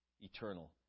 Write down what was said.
Eternal